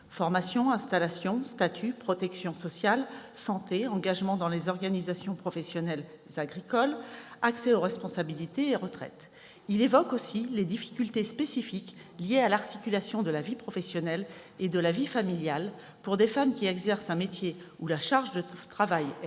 formation, installation, statut, protection sociale, santé, engagement dans les organisations professionnelles agricoles, accès aux responsabilités et retraites. Il évoque aussi les difficultés spécifiques liées à l'articulation de la vie professionnelle et de la vie familiale pour des femmes qui exercent un métier où la charge de travail est